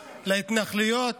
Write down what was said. להתנחלויות,